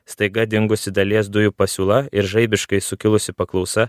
staiga dingusi dalies dujų pasiūla ir žaibiškai sukilusi paklausa